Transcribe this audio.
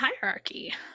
hierarchy